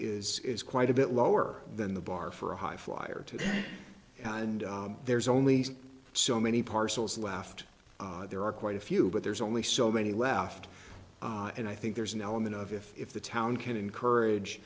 is quite a bit lower than the bar for a high flyer today and there's only so many parcels left there are quite a few but there's only so many left and i think there's an element of if if the town can encourage